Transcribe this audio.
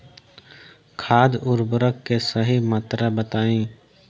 खाद उर्वरक के सही मात्रा बताई?